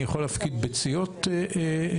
אני יכול להפקיד ביציות שלי.